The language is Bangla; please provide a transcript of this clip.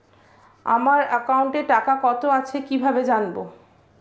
আমার একাউন্টে টাকা কত আছে কি ভাবে জানবো?